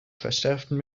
verschärften